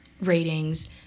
ratings